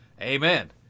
Amen